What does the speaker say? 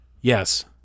Yes